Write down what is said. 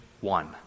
one